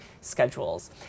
schedules